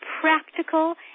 practical